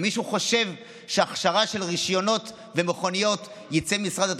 מישהו חושב שהכשרה של רישיונות ומכוניות תצא ממשרד התחבורה?